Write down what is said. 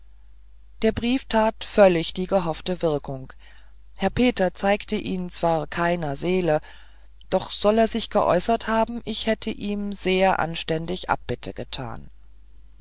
der brief tat völlig die gehoffte wirkung herr peter zeigte ihn zwar keiner seele doch soll er sich geäußert haben ich hätte ihm sehr anständig abbitte getan